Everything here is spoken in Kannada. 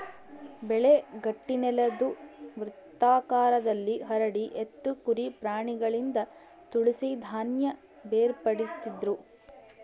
ಬೆಳೆ ಗಟ್ಟಿನೆಲುದ್ ವೃತ್ತಾಕಾರದಲ್ಲಿ ಹರಡಿ ಎತ್ತು ಕುರಿ ಪ್ರಾಣಿಗಳಿಂದ ತುಳಿಸಿ ಧಾನ್ಯ ಬೇರ್ಪಡಿಸ್ತಿದ್ರು